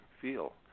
feel